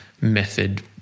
method